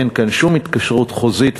אין כאן שום התקשרות חוזית,